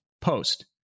post